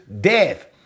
death